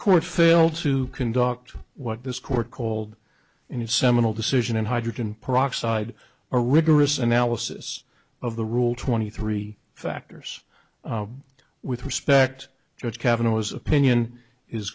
court failed to conduct what this court cold in his seminal decision in hydrogen peroxide a rigorous analysis of the rule twenty three factors with respect judge kavanaugh was opinion is